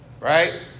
Right